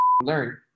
learn